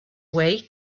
way